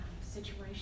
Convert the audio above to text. situation